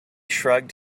shrugged